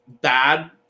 bad